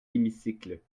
hémicycle